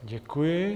Děkuji.